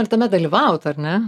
ir tame dalyvaut ar ne